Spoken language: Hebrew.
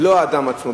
ולא האדם עצמו.